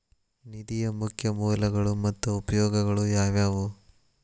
ನಿಧಿಯ ಮುಖ್ಯ ಮೂಲಗಳು ಮತ್ತ ಉಪಯೋಗಗಳು ಯಾವವ್ಯಾವು?